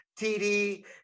TD